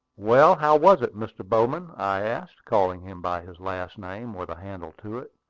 well, how was it, mr. bowman? i asked, calling him by his last name with a handle to it,